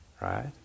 right